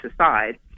aside